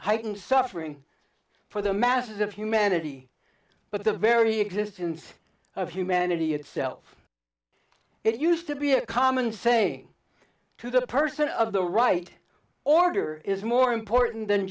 heightened suffering for the masses of humanity but the very existence of humanity itself it used to be a common saying to the person of the right order is more important than